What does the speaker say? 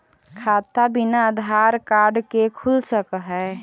खाता बिना आधार कार्ड के खुल सक है?